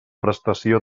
prestació